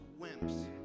wimps